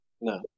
No